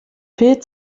viel